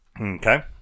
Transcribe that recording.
Okay